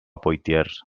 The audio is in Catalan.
poitiers